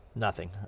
nothing.